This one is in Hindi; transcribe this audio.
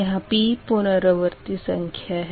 p पुनरावर्ती संख्या है